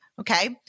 okay